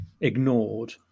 ignored